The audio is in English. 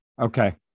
Okay